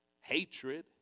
Hatred